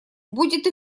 будет